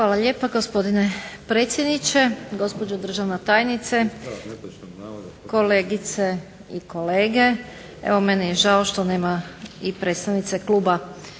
Hvala lijepa gospodine predsjedniče, gospođo državna tajnice, kolegice i kolege. Evo meni je žao što nema i predsjednice kluba